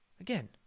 again